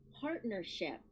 partnership